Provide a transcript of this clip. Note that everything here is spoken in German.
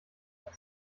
paar